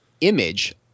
image